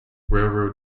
railroad